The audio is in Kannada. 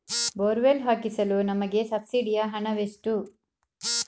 ಬೋರ್ವೆಲ್ ಹಾಕಿಸಲು ನಮಗೆ ಸಬ್ಸಿಡಿಯ ಹಣವೆಷ್ಟು?